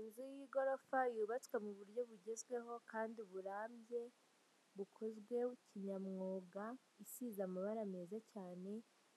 Inzu y'igorofa yubatswe mu buryo bugezweho kandi burambye, bukozwe kinyamwuga, isize amabara meza cyane,